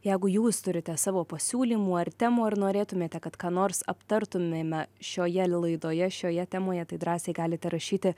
jeigu jūs turite savo pasiūlymų ar temų ar norėtumėte kad ką nors aptartumėme šioje laidoje šioje temoje tai drąsiai galite rašyti